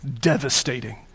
devastating